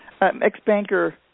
Ex-banker